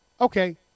Okay